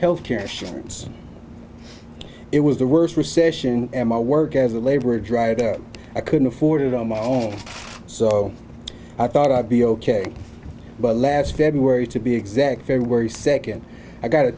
health care insurance it was the worst recession and my work as a laborer driver i couldn't afford it on my own so i thought i'd be ok but last february to be exact february second i got a